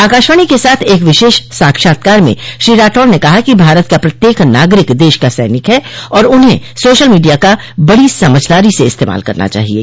आकाशवाणी के साथ एक विशेष साक्षात्कार में श्री राठौड ने कहा कि भारत का प्रत्येक नागरिक देश का सैनिक है और उन्हें सोशल मीडिया का बड़ी समझदारी से इस्तेमाल करना चाहिये